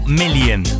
million